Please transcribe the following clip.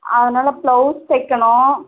அதனால ப்லௌஸ் தைக்கணும்